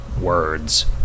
words